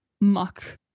muck